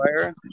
fire